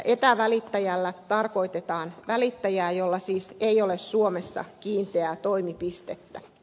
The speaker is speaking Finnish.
etävälittäjällä tarkoitetaan välittäjää jolla siis ei ole suomessa kiinteää toimipistettä